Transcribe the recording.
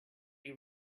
you